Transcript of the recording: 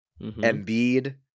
Embiid